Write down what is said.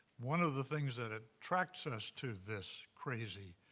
one of the things that ah attracts us to this crazy,